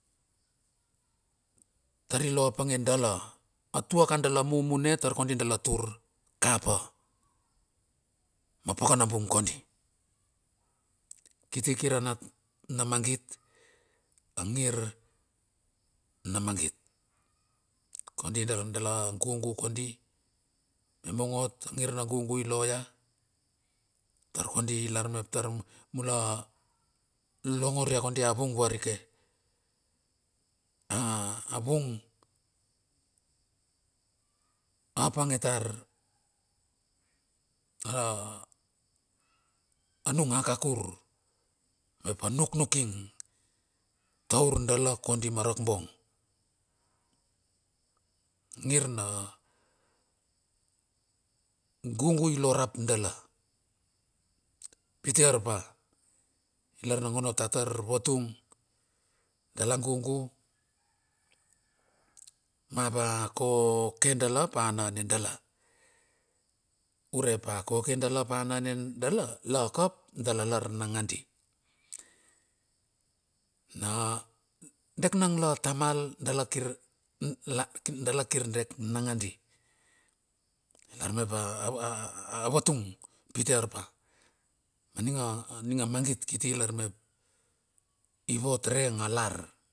Tari loapange dala a tuka dala mumune e tar kodi dala tur kapa ma pakanabung kodi, kiti kir a nat na magit, a angir na magit. Kondi dala nudala gugu kodi. Na bong ot a ngir na gugu ilo ia tar kondi lar mep tar mula longor ia kodia vung varike, a vung a panage tar anung a kakur ap a nuknuking taur dala kodi marak bong. Angir na gugu ilorap dala pite arpa. Lar nangonota tar vatung dala gugu ma va koke dala ap nane dala. Urep a koke dala ap anane dala. Laka ap dala lar nangadi. Na deknangla tamal dala kir dala kir dek nangadi, ilar mep a a a avatung, pite arapa. Aning a aning a magit kiti ilar mep ivot rengalar.